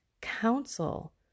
counsel